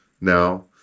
now